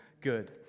good